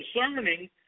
concerning